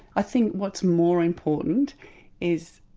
i think what's more important is,